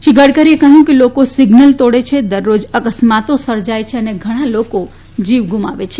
શ્રી ગડકરીએ કહ્યું કે લોકો સિઝનલ તોડે છે દરરોજ અકસ્માતો સર્જાય છે અને ઘણા લોકો જીવ ગુમાવે છે